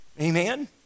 amen